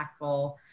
impactful